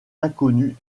inconnu